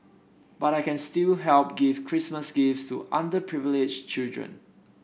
but I can still help give Christmas gifts to underprivileged children